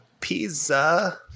Pizza